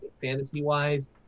fantasy-wise